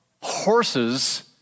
horses